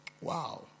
Wow